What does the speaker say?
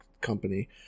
Company